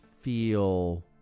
feel